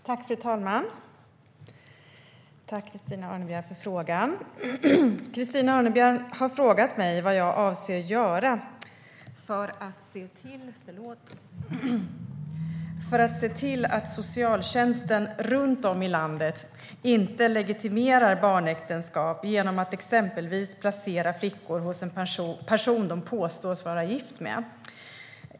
Fru talman! Tack, Christina Örnebjär, för frågan! Christina Örnebjär har frågat mig vad jag avser att göra för att se till att socialtjänsten runt om i landet inte legitimerar barnäktenskap genom att exempelvis placera flickor hos personer de påstås vara gifta med.